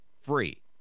free